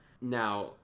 now